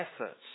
efforts